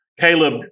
Caleb